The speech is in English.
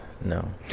No